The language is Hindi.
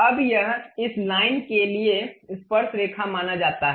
अब यह इस लाइन के लिए स्पर्शरेखा माना जाता है